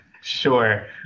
Sure